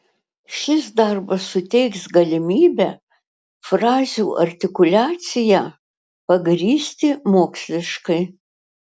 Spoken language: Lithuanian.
šis darbas suteiks galimybę frazių artikuliaciją pagrįsti moksliškai